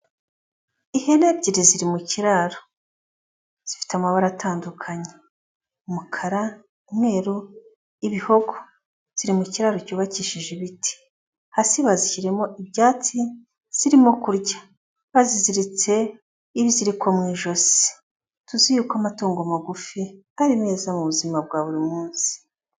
Ihene ebyiri ziri mu kiraro zifite amabara atandukanye umukara, umweru, ibihogo ziri mu kiraro cyubakishije ibiti, hasi bazishyiremo ibyatsi zirimo kurya baziziritse ibiziko mu ijosi tuzi yuko amatungo magufi ari meza mu buzima bwa buri munsi.